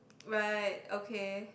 right okay